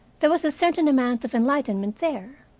there was a certain amount of enlightenment there.